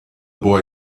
boy